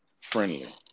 friendly